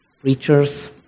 preachers